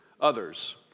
others